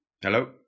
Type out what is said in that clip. Hello